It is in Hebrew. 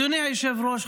אדוני היושב-ראש,